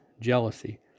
jealousy